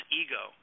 ego